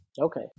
Okay